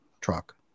truck